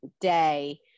day